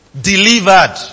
Delivered